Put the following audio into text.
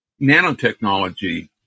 nanotechnology